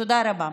תודה רבה.